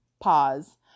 pause